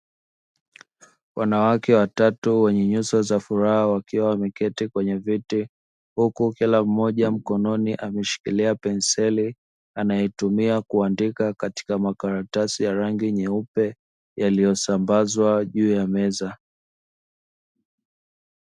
Wanawake watatu wenye nyuso za furaha wakiwa wameketi kwenye viti huku kila mmoja mkononi ameshikilia penseli anayotumia kuandika katika makaratasi ya rangi nyeupe yaliyosambazwa juu ya meza.